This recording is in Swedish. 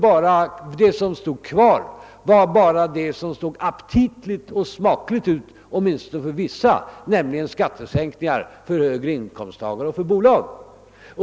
Kvar stod bara det som såg aptitligt och smakligt ut, åtminstone för vissa människor, nämligen skattesänkningar för högre inkomsttagare och för bolag.